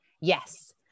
Yes